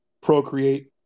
Procreate